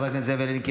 חבר הכנסת זאב אלקין,